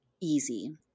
easy